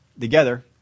together